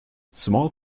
small